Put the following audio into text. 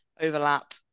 overlap